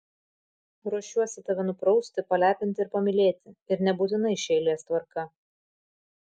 ruošiuosi tave nuprausti palepinti ir pamylėti ir nebūtinai šia eilės tvarka